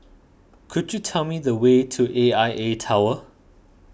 could you tell me the way to A I A Tower